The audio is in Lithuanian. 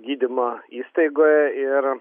gydymo įstaigoje ir